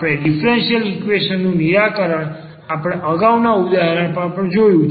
આપણે differential equation નું નિરાકરણ આપણે અગાઉના ઉદાહરણમાં પણ જોયું છે